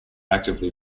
actively